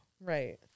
Right